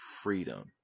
freedom